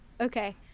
okay